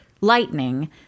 lightning